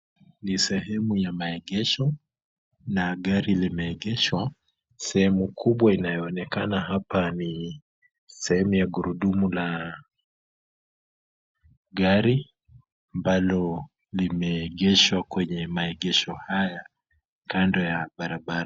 Ni sehemu ya maegesho na gari limeegeshwa . Sehemu kubwa inayoonekana hapa ni sehemu ya gurudumu la gari ambalo limeegeshwa kwenye maegesho haya kando na barabara.